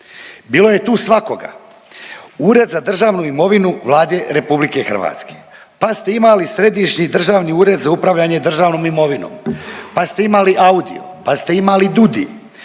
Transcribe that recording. Bilo je tu svakoga. Ured za državnu imovinu Vlade Republike Hrvatske, pa ste imali Središnji državni ured za upravljanje državnom imovinom, pa ste imali AUDIO, pa ste imali DUDI,